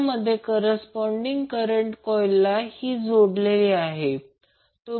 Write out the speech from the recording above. ज्यामध्ये corresponding current coil ही जोडलेली आहे